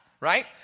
right